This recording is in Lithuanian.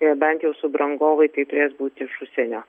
nebent jau subrangovai tai turės būt iš užsienio